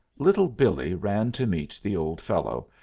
little billee ran to meet the old fellow,